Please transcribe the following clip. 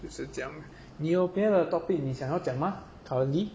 就是这样你有别的 topic 你想要讲吗 curly